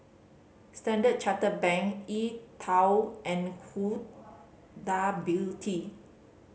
Standard Chartered Bank E Twow and Huda Beauty